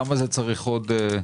למה זה צריך עוד?